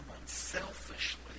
unselfishly